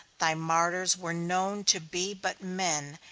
thy martyrs were known to be but men,